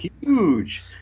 Huge